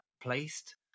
placed